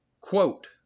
Quote